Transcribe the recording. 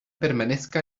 permanezca